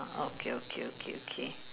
okay okay okay okay